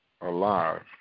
alive